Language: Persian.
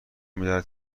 میدهد